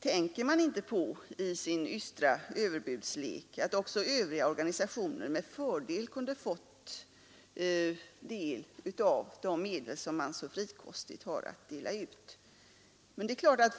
Tänker man i sin ystra överbudslek inte på att också övriga organisationer med fördel kunde fått del av de medel man så frikostigt delar ut?